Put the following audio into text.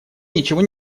ничего